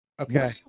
Okay